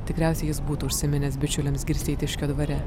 tikriausiai jis būtų užsiminęs bičiuliams girsteitiškio dvare